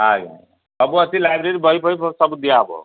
ଆଜ୍ଞା ସବୁ ଅଛି ଲାଇବ୍ରେରୀ ବହି ଫହି ସବୁ ଦିଆହବ